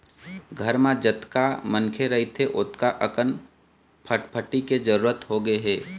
घर म जतका मनखे रहिथे ओतका अकन फटफटी के जरूरत होगे हे